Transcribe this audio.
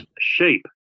shape